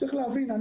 צריך להבין,